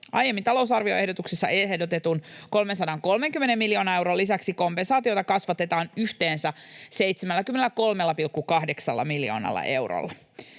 Aiemmin talousarvioehdotuksessa ehdotetun 330 miljoonan euron lisäksi kompensaatiota kasvatetaan yhteensä 73,8 miljoonalla eurolla.